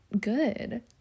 good